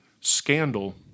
Scandal